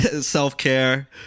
self-care